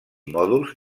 mòduls